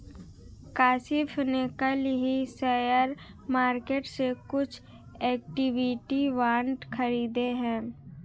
काशिफ़ ने कल ही शेयर मार्केट से कुछ इक्विटी बांड खरीदे है